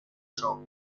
show